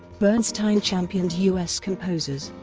bernstein championed u s. composers,